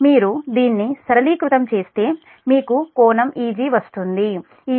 మీరు దీన్ని సరళీకృతం చేస్తే మీకు కోణం Eg వస్తుంది Eg∟δ 1